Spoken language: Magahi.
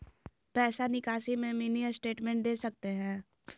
पैसा निकासी में मिनी स्टेटमेंट दे सकते हैं?